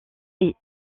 est